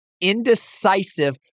indecisive